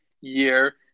year